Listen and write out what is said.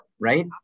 right